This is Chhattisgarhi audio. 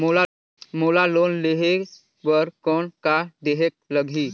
मोला लोन लेहे बर कौन का देहेक लगही?